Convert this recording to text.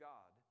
God